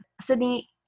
Sydney